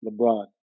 LeBron